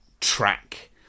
track